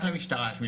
רק למשטרה יש